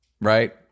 right